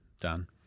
done